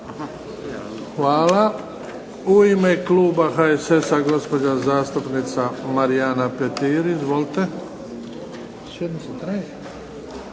Hvala. U ime Kluba HSS-a gospođa zastupnica Marijana Petir. Izvolite.